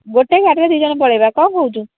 ଗୋଟିଏ ଗାଡ଼ିରେ ଦୁଇ ଜଣ ପଳାଇବା କ'ଣ କହୁଛୁ